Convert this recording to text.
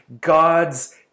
God's